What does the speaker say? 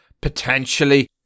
potentially